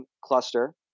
cluster